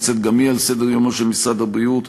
נמצאת גם היא על סדר-יומו של משרד הבריאות,